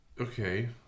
Okay